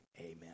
amen